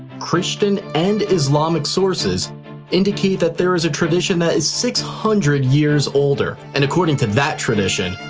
christian, and islamic sources indicate that there is a tradition that is six hundred years older. and according to that tradition,